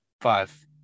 Five